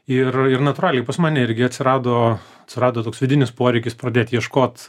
ir ir natūraliai pas mane irgi atsirado atsirado toks vidinis poreikis pradėt ieškot